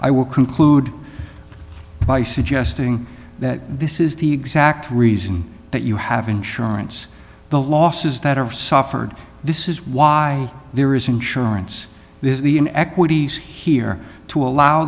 i will conclude by suggesting that this is the exact reason that you have insurance the losses that are suffered this is why there is insurance this is the in equities here to allow